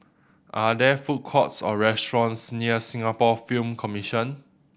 are there food courts or restaurants near Singapore Film Commission